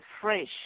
fresh